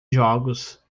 jogos